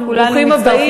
ברוכים הבאים,